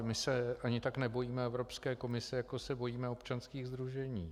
My se ani tak nebojíme Evropské komise, jako se bojíme občanských sdružení.